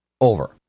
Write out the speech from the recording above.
over